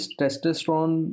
testosterone